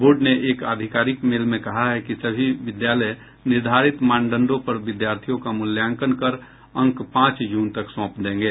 board ने एक आधिकारिक मेल में कहा है कि सभी विद्यालय निर्धारित मानदंडों पर विद्यार्थियों का मूल्यांकन कर अंक पांच जून तक सौंप देंगे